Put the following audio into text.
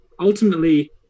Ultimately